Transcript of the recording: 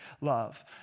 love